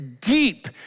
deep